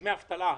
בדמי אבטלה,